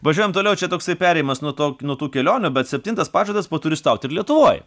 važiuojam toliau čia toksai perėjimas nuo to nuo tų kelionių bet septintas pažadas paturistaut ir lietuvoj